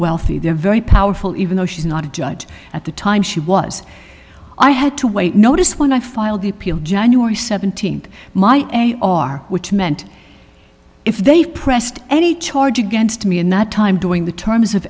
wealthy they're very powerful even though she's not a judge at the time she was i had to wait notice when i filed the appeal january seventeenth my are which meant if they pressed any charge against me in that time during the terms of